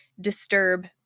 disturb